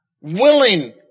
Willing